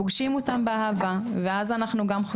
פוגשים אותם באהבה ואז אנחנו גם יכולים